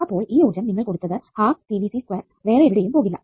അപ്പോൾ ഈ ഊർജ്ജം നിങ്ങൾ കൊടുത്തതു വേറെ എവിടെയും പോകില്ല